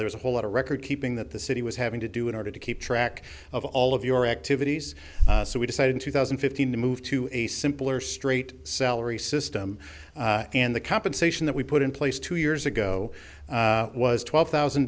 there is a whole lot of recordkeeping that the city was having to do in order to keep track of all of your activities so we decided two thousand and fifteen to move to a simpler straight salary system and the compensation that we put in place two years ago was twelve thousand